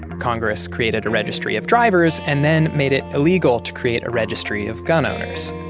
congress created a registry of drivers and then made it illegal to create a registry of gun owners.